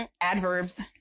adverbs